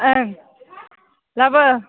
ओं लाबो